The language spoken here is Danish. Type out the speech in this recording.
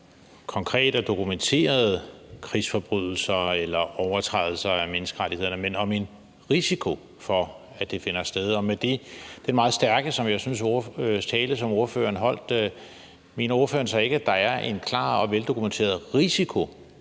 om konkrete og dokumenterede krigsforbrydelser eller overtrædelser af menneskerettighederne, men om en risiko for, at det finder sted. Og med den meget stærke tale, som jeg synes ordføreren holdt, mener ordføreren så ikke, at der er en klar og veldokumenteret risiko